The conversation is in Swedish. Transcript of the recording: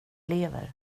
lever